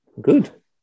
Good